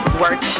work